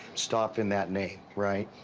stop in that name, right?